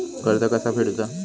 कर्ज कसा फेडुचा?